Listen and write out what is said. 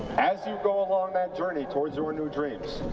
as you go along that journey towards your new dreams,